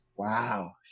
Wow